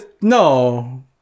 no